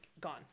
gone